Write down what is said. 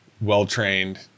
well-trained